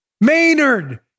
Maynard